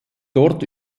dort